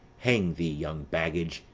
hang thee, young baggage!